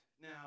now